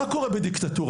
מה קורה בדיקטטורה?